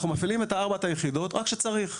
אנחנו מפעילים את ארבעת היחידות רק כשצריך.